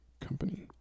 company